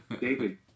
David